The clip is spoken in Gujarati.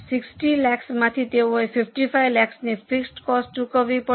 60 લાખ માંથી તેઓએ 55 લાખની ફિક્સડ કોસ્ટ ચૂકવવી પડશે